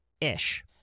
ish